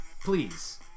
please